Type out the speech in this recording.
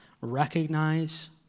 recognize